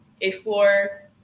explore